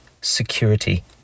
security